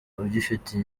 ugifite